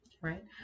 Right